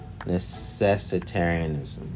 necessitarianism